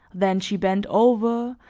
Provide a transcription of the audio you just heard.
then she bent over,